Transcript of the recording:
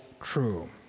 true